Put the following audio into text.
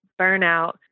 burnout